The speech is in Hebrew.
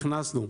הכנסנו